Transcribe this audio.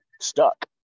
stuck